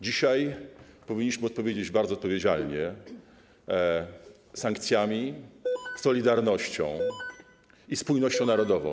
Dzisiaj powinniśmy odpowiedzieć bardzo odpowiedzialnie sankcjami, solidarnością i spójnością narodową.